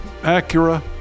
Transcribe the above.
Acura